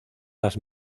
las